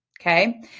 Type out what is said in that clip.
okay